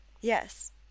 Yes